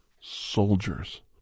soldiers